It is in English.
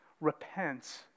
repent